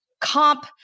comp